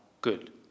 good